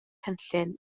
cynllun